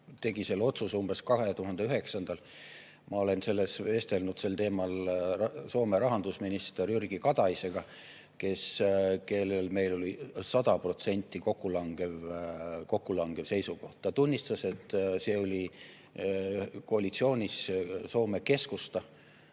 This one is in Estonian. tegi selle otsuse umbes 2009. Ma olen vestelnud sel teemal Soome rahandusminister Jyrki Kataisega, kellega meil oli 100% kokkulangev seisukoht. Ta tunnistas, et see oli koalitsioonis Suomen Keskusta,